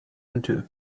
into